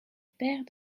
père